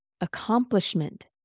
accomplishment